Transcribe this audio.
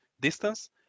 distance